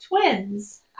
twins